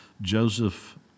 Joseph